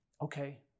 Okay